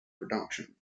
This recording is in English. production